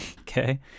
okay